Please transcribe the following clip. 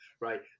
right